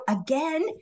again